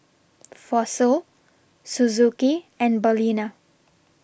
Fossil Suzuki and Balina